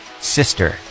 sister